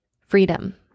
Freedom